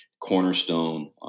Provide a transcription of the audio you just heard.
cornerstone